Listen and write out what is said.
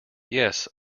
yes